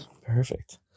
Perfect